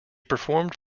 performed